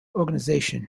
organization